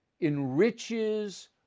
enriches